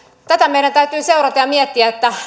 tätä meidän täytyy seurata ja miettiä